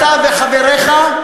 אתה וחבריך,